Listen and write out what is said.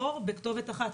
בכתובת אחת.